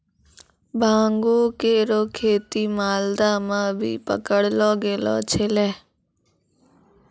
भांगो केरो खेती मालदा म भी पकड़लो गेलो छेलय